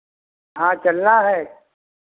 हाँ चलना है